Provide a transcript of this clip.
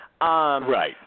Right